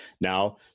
now